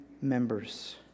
members